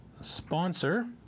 sponsor